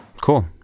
Cool